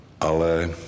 ale